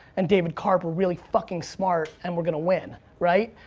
and david karp were really fucking smart and we're gonna win, right?